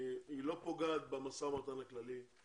היא לא פוגעת במשא ומתן הכללי,